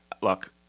Look